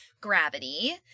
gravity